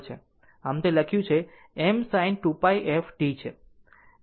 આમ તે લખ્યું છે m sin 2πf t છે